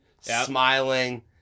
smiling